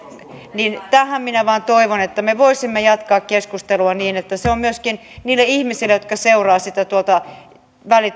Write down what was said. tähän minä vain toivon että me voisimme jatkaa keskustelua niin että se on myöskin niille ihmisille jotka seuraavat sitä tuolta